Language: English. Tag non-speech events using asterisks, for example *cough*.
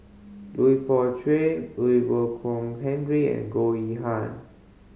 Lui Pao Chuen *unintelligible* Boon Kong Henry and Goh Yihan